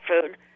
food